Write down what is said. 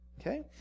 Okay